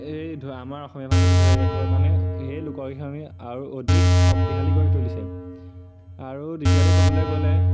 এই আমাৰ অসমীয়া ভাষাটো ধৰি ৰাখিবৰ কাৰণে সেই লোকগীতসমূহ আৰু অধিক শক্তিশালী কৰি তুলিছে আৰু দ্বিতীয়তে ক'বলে গ'লে